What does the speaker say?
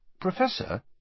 Professor